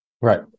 Right